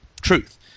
truth